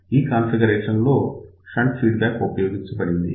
ఈ కాన్ఫిగరేషన్ లో shunt feedback ఉపయోగించబడింది